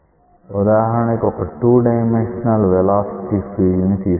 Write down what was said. ఉదాహరణకి ఒక 2 dimensional velocity field ని తీసుకుందాం